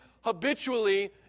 habitually